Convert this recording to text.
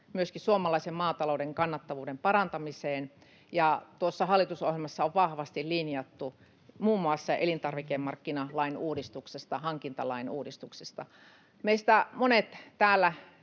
suomalaisen maatalouden kannattavuuden parantamiseen, ja tuossa hallitusohjelmassa on vahvasti linjattu muun muassa elintarvikemarkkinalain uudistuksesta, hankintalain uudistuksesta. Meistä täällä